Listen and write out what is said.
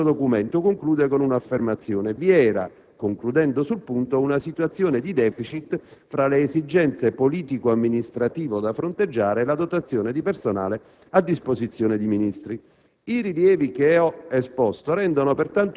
del Ministero della giustizia in quel momento. Il provvedimento conclude con un'affermazione: «Vi era, concludendo sul punto, una situazione di *deficit* tra le esigenze politico-amministrative da fronteggiare e la dotazione di personale a disposizione di Ministri».